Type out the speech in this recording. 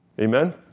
Amen